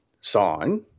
sign